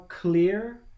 clear